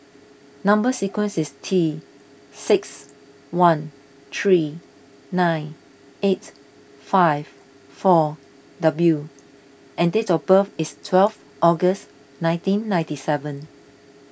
Number Sequence is T six one three nine eight five four W and date of birth is twelve August nineteen ninety seven